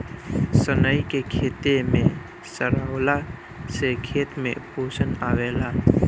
सनई के खेते में सरावला से खेत में पोषण आवेला